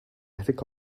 attic